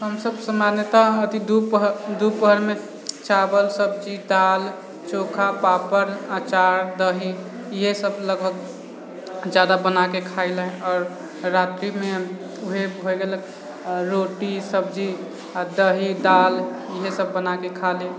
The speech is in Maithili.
हमसब सामान्यत दूपहरमे चावल सब्जी दाल चोखा पापड़ अचार दही इएहसब लगभग ज्यादा बनाके खाइले आओर रात्रिमे वएह होइ गेलक रोटी सब्जी दही दाल इएहसब बनाके खाइले